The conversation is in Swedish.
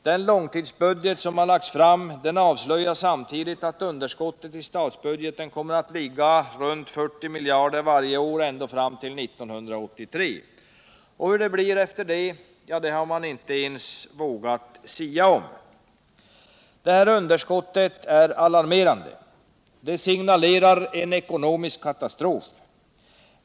Den långtidsbudget som lagts fram avslöjar samtidigt att underskottet i statsbudgeten kommer att ligga runt 40 miljarder varje år ända fram till 1983. Hur det blir därefter har man inte ens vågat sia om. Detta underskott är alarmerande. Det signalerar en ekonomisk katastrof.